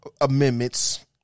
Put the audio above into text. amendments